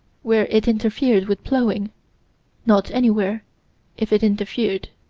where it interfered with plowing not anywhere if it interfered.